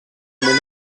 moment